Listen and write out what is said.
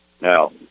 Now